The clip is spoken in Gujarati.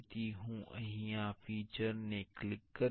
તેથી હું અહીં આ ફિચર ને ક્લિક કરીશ